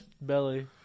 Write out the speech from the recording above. belly